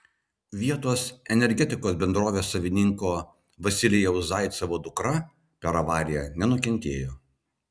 vietos energetikos bendrovės savininko vasilijaus zaicevo dukra per avariją nenukentėjo